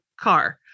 car